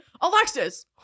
Alexis